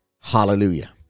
Hallelujah